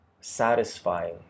satisfying